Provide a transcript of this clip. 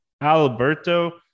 Alberto